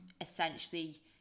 essentially